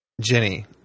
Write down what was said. Jenny